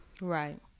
Right